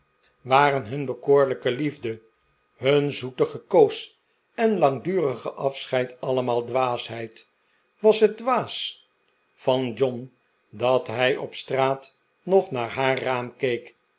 waren hun bekoorlijke maarten chuzzlewit liefde hun zoete gekoos en langdurige afscheid allemaal dwaasheid was het dwaas van john dat hij op straat nog naar haar raam